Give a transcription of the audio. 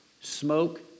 Smoke